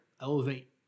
elevate